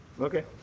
Okay